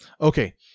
okay